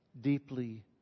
deeply